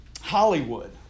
Hollywood